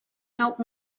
help